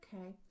Okay